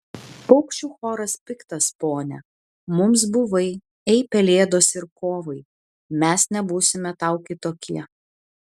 paukščių choras piktas pone mums buvai ei pelėdos ir kovai mes nebūsime tau kitokie